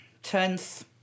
Tenth